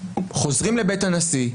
חוזרים לבית הנשיא,